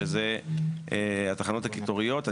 שאלה התחנות הקיטוריות,